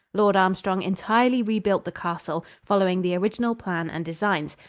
lord armstrong entirely rebuilt the castle, following the original plan and designs,